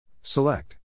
Select